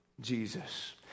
Jesus